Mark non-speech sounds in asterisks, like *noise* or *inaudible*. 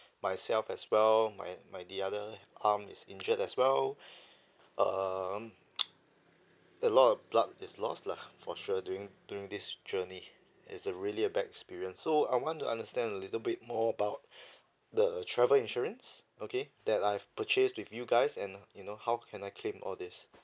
myself as well my my the other arm is injured as well *breath* um *noise* a lot of blood is lost lah for sure during during this journey it's a really bad experience so I want to understand a little bit more about *breath* the travel insurance okay that I've purchase with you guys and you know how can I claim all this